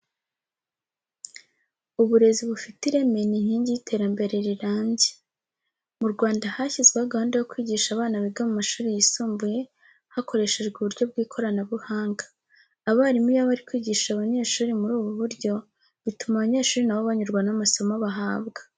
Uburezi bufite ireme ni inkingi y'iterambere rirambye. Mu Rwanda hashyizweho gahunda yo kwigisha abana biga mu mashuri yisumbuye, hakoreshejwe uburyo bw'ikoranabuhanga. Abarimu iyo bari kwigisha abanyesuri muri ubu buryo, bituma abanyeshuri na bo banyurwa n'amasomo bahabwa.